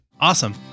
awesome